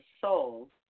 soul